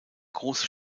große